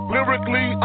Lyrically